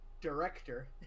director